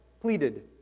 pleaded